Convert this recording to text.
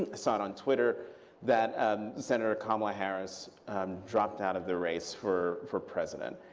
i saw it on twitter that senator kamala harris dropped out of the race for for president.